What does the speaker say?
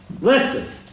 listen